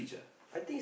I think is